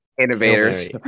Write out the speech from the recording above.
Innovators